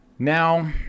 Now